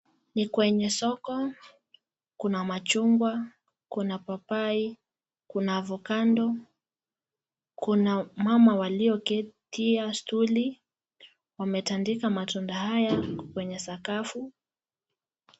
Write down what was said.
Ni kwenye soko Kuna machungwa, kuna paipai, kuna avokado, kuna mama walioketia stuli wametandika matunda haya kwenye sakafu.